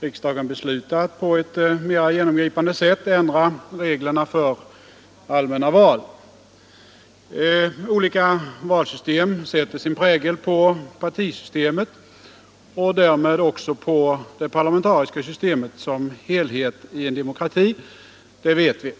riksdagen beslutar att på ett mera genomgripande sätt ändra reglerna för allmänna val. Olika valsystem sätter sin prägel på partisystemet och därmed också på det parlamentariska systemet som helhet i en demokrati, det vet vi.